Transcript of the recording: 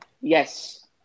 Yes